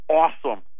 awesome